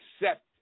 accept